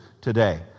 today